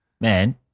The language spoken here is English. Man